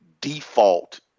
default